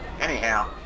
Anyhow